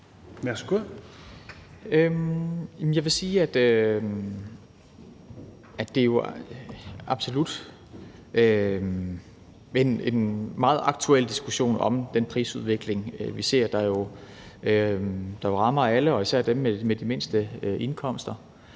Jeg vil sige, at der absolut er en meget aktuel diskussion om den prisudvikling, vi ser, der jo rammer alle og især dem med de mindste indkomster.